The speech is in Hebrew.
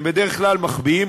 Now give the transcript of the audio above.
הם בדרך כלל מחביאים,